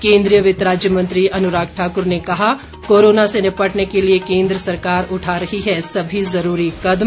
केन्द्रीय वित्त राज्य मंत्री अनुराग ठाकुर ने कहा कोरोना से निपटने के लिए केन्द्र सरकार उठा रही है सभी ज़रूरी कदम